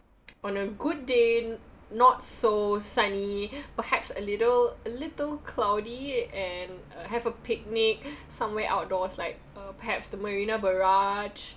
on a good day not so sunny perhaps a little a little cloudy and have uh a picnic somewhere outdoors like uh perhaps the marina barrage